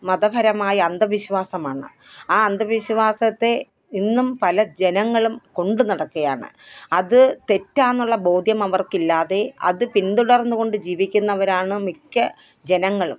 മതപരമായ അന്ധവിശ്വാസമാണ് ആ അന്ധവിശ്വാസത്തെ ഇന്നും പല ജനങ്ങളും കൊണ്ടുനടക്കുകയാണ് അത് തെറ്റാണെന്നുള്ള ബോധ്യം അവര്ക്കില്ലാതെ അത് പിന്തുടര്ന്നുകൊണ്ട് ജീവിക്കുന്നവരാണ് മിക്ക ജനങ്ങളും